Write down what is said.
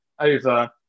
over